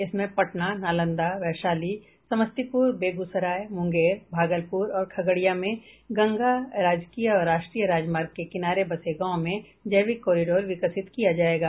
इसमें पटना नालंदा वैशाली समस्तीपुर बेगूसराय मुंगेर भागलपुर और खगड़िया में गंगा राजकीय या राष्ट्रीय राजमार्ग के किनारे बसे गांव में जैविक कोरिडोर विकसित किया जायेगा